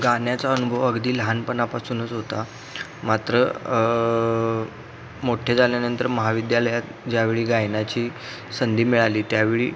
गाण्याचा अनुभव अगदी लहानपणापासूनच होता मात्र मोठे झाल्यानंतर महाविद्यालयात ज्यावेळी गायनाची संधी मिळाली त्यावेळी